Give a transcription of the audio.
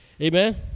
Amen